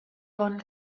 avon